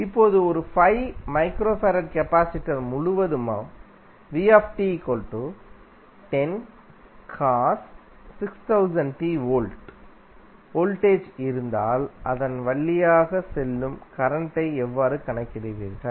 இப்போது ஒருF கெபாசிடர் முழுவதும் V வோல்டேஜ் இருந்தால் அதன்வழியாக செல்லும் கரண்ட் ஐ எவ்வாறு கணக்கிடுவீர்கள்